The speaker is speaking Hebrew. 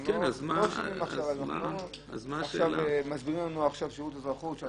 לא מסבירים לנו עכשיו שיעור אזרחות,